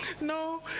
no